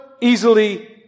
easily